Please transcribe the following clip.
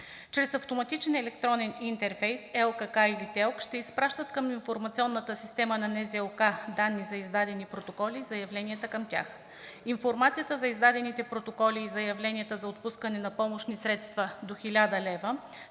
Чрез автоматичен електронен интерфейс ЛКК или ТЕЛК ще изпращат към информационната система на Националната здравноосигурителна каса данни за издадени протоколи и заявленията към тях. Информацията за издадените протоколи и заявленията за отпускане на помощни средства до 1000 лв.